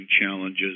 challenges